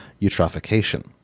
eutrophication